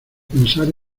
pensar